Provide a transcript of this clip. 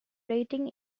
rating